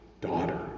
daughter